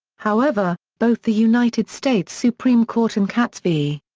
however, both the united states supreme court in katz v.